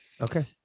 Okay